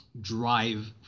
drive